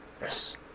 Yes